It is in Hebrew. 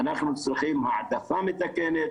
אנחנו צריכים מעטפה מתקנת,